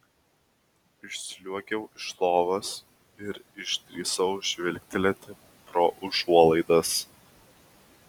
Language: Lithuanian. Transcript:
išsliuogiau iš lovos ir išdrįsau žvilgtelėti pro užuolaidas